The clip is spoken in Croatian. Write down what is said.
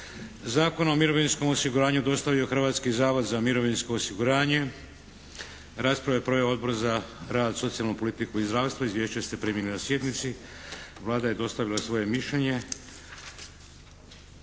Zakona o mirovinskom osiguranju dostavio Hrvatski zavod za mirovinsko osiguranje. Raspravu je proveo Odbor za rad, socijalnu politiku i zdravstvo. Izvješće ste primili na sjednici. Vlada je dostavila svoje mišljenje.